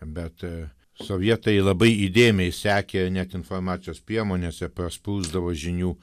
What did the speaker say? bet sovietai labai įdėmiai sekė net informacijos priemonėse prasprūsdavo žinių